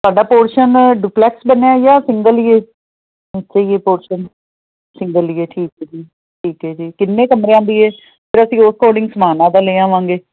ਤੁਹਾਡਾ portion duplex ਬਣਿਆ ਜਾਂ ਸਿੰਗਲ ਹੈ ਹੀ ਨੀਚੇ ਹੀ ਆ ਪੋਰਸ਼ਨ ਸਿੰਗਲ ਹੀ ਆ ਠੀਕ ਹੈ ਜੀ ਠੀਕ ਹੈ ਜੀ ਕਿੰਨੇ ਕਮਰਿਆਂ ਦੀ ਏ ਫਿਰ ਅਸੀਂ ਉਸ ਅਕੋਡਿੰਗ ਸਮਾਨ ਆਪਦਾ ਲੈ ਆਵਾਂਗੇ